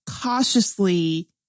cautiously